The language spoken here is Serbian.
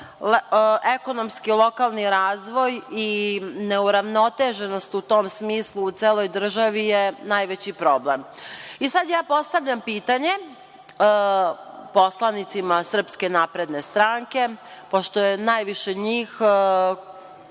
ekonomski lokalni razvoj i neuravnoteženost u tom smislu u celoj državi je najveći problem. Sad ja postavljam pitanje poslanicima SNS, pošto je najviše njih